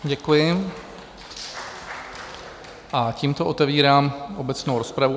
Děkuji a tímto otevírám obecnou rozpravu.